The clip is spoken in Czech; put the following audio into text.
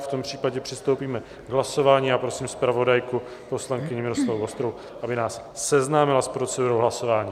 V tom případě přistoupíme k hlasování a prosím zpravodajku poslankyni Miloslavu Vostrou, aby nás seznámila s procedurou hlasování.